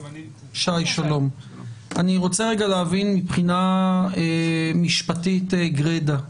אני רוצה להבין מבחינה משפטית גרידא.